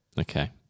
Okay